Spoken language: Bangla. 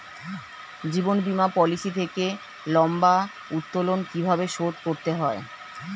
জীবন বীমা পলিসি থেকে লম্বা উত্তোলন কিভাবে শোধ করতে হয়?